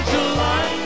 July